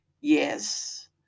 Yes